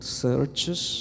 searches